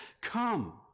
come